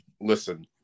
listen